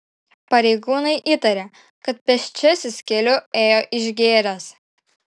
pareigūnai įtaria kad pėsčiasis keliu ėjo išgėręs